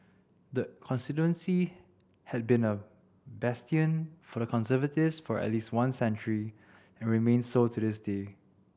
the constituency had been a bastion for the Conservatives for at least one century and remains so to this day